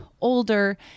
older